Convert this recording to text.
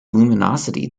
luminosity